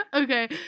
Okay